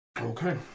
Okay